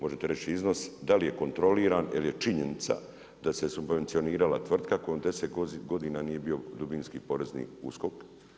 Možete reći iznos da li je kontroliran, jer je činjenica da se subvencionirala tvrtka u kojoj 10 godina nije bio dubinski Porezni USKOK.